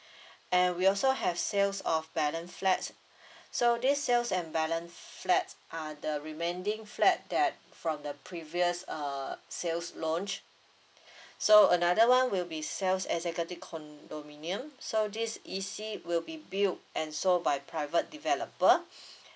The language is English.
and we also have sales of balance flat so this sales and balance flat are the remaining flat that from the previous uh sales launch so another one will be sales executive condominium so this E_C will be build and sold by private developer